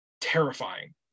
terrifying